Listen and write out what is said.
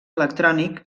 electrònic